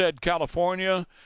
California